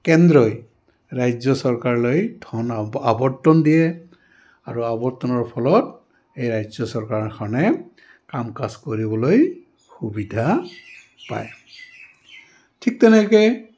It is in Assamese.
কেন্দ্ৰই ৰাজ্য চৰকাৰলৈ ধন আৱৰ্তন দিয়ে আৰু আৱৰ্তনৰ ফলত এই ৰাজ্য চৰকাৰখনে কাম কাজ কৰিবলৈ সুবিধা পায় ঠিক তেনেকৈ